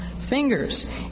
fingers